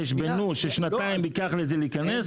חשבנו ששנתיים ייקח לזה להיכנס,